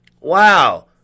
Wow